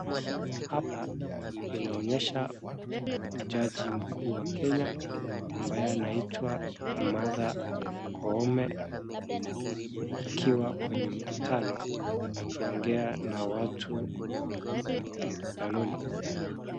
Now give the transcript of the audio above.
Hapa inaonyesha jaji mkuu wa kenya ambaye anaitwa martha koome akiwa kwenye mkutano akiongea na watu mkutanoni.